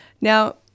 Now